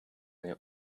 their